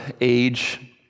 age